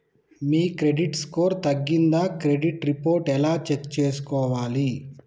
మీ credit score తగ్గిందా credit report ఎలా check చేసుకోవాలి?